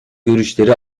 görüşleri